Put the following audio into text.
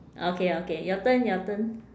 okay okay your turn your turn